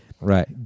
Right